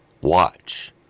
watch